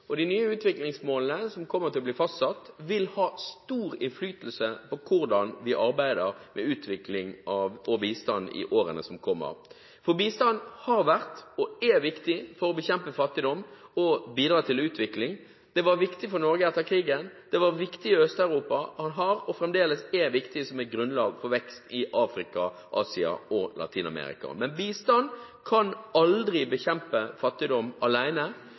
De nye utviklingsmålene som kommer til å bli fastsatt, vil ha stor innflytelse på hvordan vi arbeider med utvikling og bistand i årene som kommer. Bistand har vært og er viktig for å bekjempe fattigdom og bidra til utvikling. Det var viktig for Norge etter krigen, det var viktig i Øst-Europa, og har vært og er fremdeles viktig som et grunnlag for vekst i Afrika, Asia og Latin-Amerika. Bistand kan aldri bekjempe fattigdom